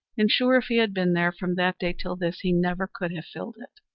and sure, if he had been there, from that day till this, he never could have filled it.